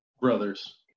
brothers